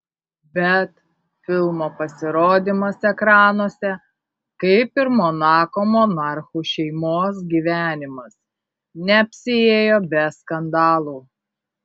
bet filmo pasirodymas ekranuose kaip ir monako monarchų šeimos gyvenimas neapsiėjo be skandalų